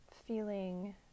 Feeling